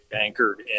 anchored